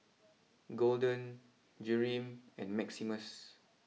Golden Jereme and Maximus